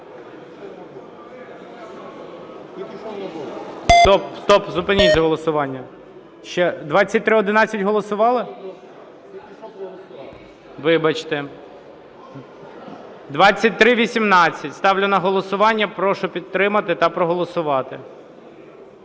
2311. Зупиніть голосування. 2311 – голосували? Вибачте. 2318. Ставлю на голосування. Прошу підтримати та проголосувати.